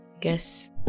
guess